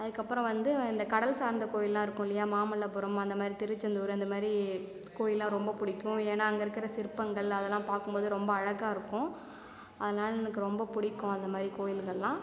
அதற்கப்பறம் வந்து இந்த கடல் சார்ந்த கோயில்லாம் இருக்கும் இல்லையா மாமல்லபுரம் அந்தமாதிரி திருச்செந்தூர் அந்த மாதிரி கோயில்லாம் ரொம்ப பிடிக்கும் ஏன்னா அங்கே இருக்கிற சிற்பங்கள் அதெல்லாம் பார்க்கும்போது ரொம்ப அழகாக இருக்கும் அதனால் எனக்கு ரொம்ப பிடிக்கும் அந்த மாரி கோயில்கள்லாம்